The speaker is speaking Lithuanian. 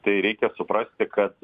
tai reikia suprasti kad